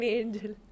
angel